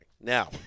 Now